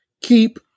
keep